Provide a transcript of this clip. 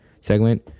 segment